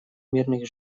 мирных